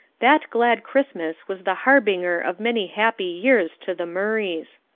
that glad christmas was the harbinger of many happy years to the murrays.